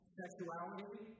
sexuality